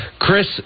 chris